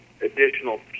additional